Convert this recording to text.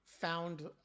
found